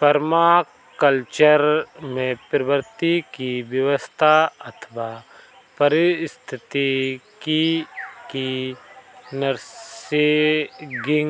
permaculture में प्रकृति की व्यवस्था अथवा पारिस्थितिकी की नैसर्गिक